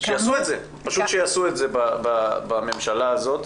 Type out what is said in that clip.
שיעשו את זה בממשלה הזאת.